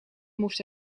moest